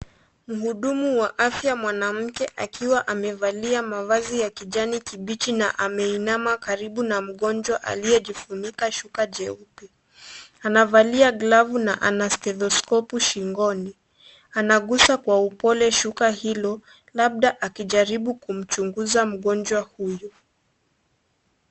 Mhudumu wa afya mwanamke akiwa amevalia mavazi ya kijani kibichi na ameinama karibu na mgonjwa aliyejifunika shuka jeupe . Anavalia glavu na ana stethoskopu shingoni . Anagusa kwa upole shuka hilo labda akijaribu kumchunguza mgonjwa huyu.